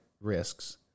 risks